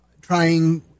trying